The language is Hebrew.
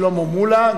שלמה מולה,